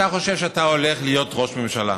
אתה חושב שאתה הולך להיות ראש ממשלה.